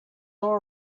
all